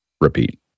repeat